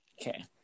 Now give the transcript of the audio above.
okay